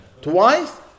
Twice